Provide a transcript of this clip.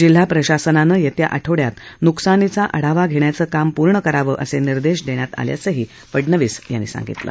जिल्हा प्रशासनानं येत्या आठवड्यात नुकसानीचा आढावा घेण्याचं काम पूर्ण करावं असं निर्देश देण्यात आल्याचं फडणवीस यांनी सांगितलं